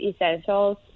Essentials